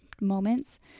moments